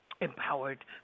empowered